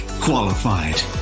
qualified